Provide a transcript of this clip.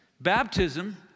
baptism